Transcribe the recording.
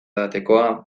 edatekoa